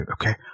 okay